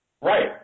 Right